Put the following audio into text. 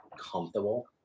comfortable